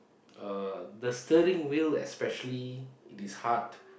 uh the steering wheel especially it is hard